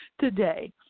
today